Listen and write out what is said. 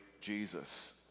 Jesus